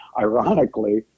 ironically